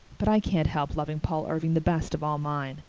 but i can't help loving paul irving the best of all mine.